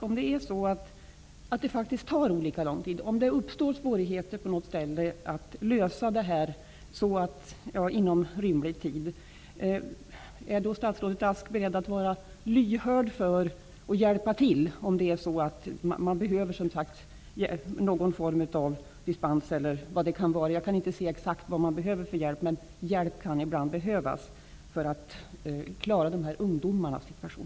Om det faktiskt tar olika lång tid, om det på något ställe uppstår svårigheter att lösa problemen inom rimlig tid, är statsrådet Ask då beredd att vara lyhörd och hjälpa till, t.ex. om man behöver någon form av dispens eller vad det kan vara -- jag kan inte säga exakt vilken hjälp man kan komma att behöva, men hjälp kan ibland behövas för att klara ungdomarnas situation?